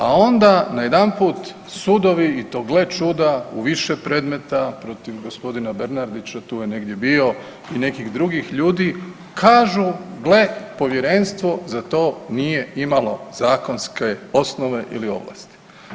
A onda najedanput sudovi i to gle čuda u više predmeta protiv gospodina Bernardića, tu je negdje bio i nekih drugih ljudi kažu gle povjerenstvo za to nije imalo zakonske osnove ili ovlasti.